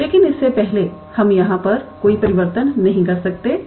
लेकिन इससे पहले हम यहाँ कोई परिवर्तन नहीं कर सकते हैं